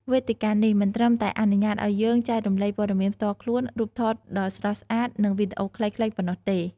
វេទិកានេះមិនត្រឹមតែអនុញ្ញាតឱ្យយើងចែករំលែកព័ត៌មានផ្ទាល់ខ្លួន រូបថតដ៏ស្រស់ស្អាត និងវីដេអូខ្លីៗប៉ុណ្ណោះទេ។